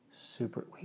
Super